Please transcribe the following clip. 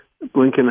Lincoln